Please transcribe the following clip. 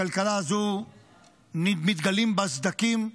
בכלכלה הזו מתגלים סדקים,